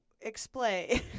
explain